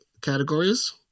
categories